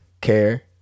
care